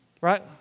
Right